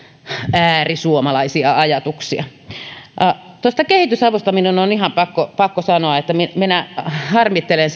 äärisuomalaisia ajatuksia kehitysavusta minun on on ihan pakko pakko sanoa että minä minä harmittelen